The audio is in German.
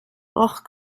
och